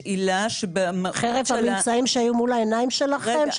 חרף הממצאים שהיו מול העיניים שלכם,